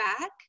back